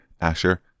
Asher